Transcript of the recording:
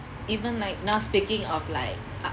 even like now speaking of like